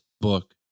book